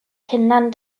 kindern